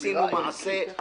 שעשינו גם מעשה.